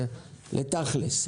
לתכלס.